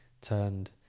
turned